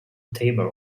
table